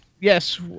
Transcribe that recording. Yes